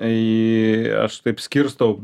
iii aš taip skirstau